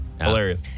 Hilarious